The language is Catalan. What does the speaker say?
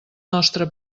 nostre